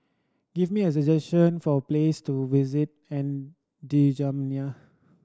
give me suggestion for place to visit N'Djamena